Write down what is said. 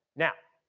now,